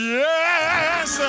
yes